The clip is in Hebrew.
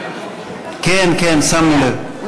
כן, כן, שמנו לב.